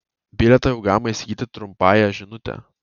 bilietą jau galima įsigyti trumpąja žinute